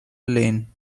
lane